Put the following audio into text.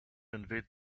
invade